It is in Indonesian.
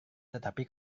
tetapi